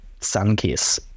Sunkiss